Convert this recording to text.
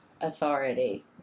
authority